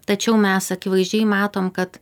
tačiau mes akivaizdžiai matom kad